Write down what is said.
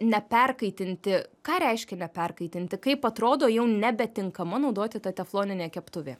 neperkaitinti ką reiškia neperkaitinti kaip atrodo jau nebetinkama naudoti ta tefloninė keptuvė